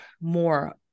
more